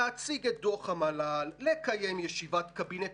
להציג את דוח המל"ל, לקיים ישיבת קבינט.